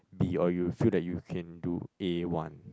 B or you feel that you can do A one